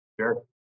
Sure